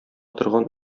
торган